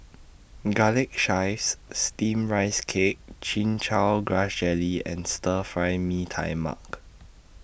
Garlic Chives Steamed Rice Cake Chin Chow Grass Jelly and Stir Fry Mee Tai Mak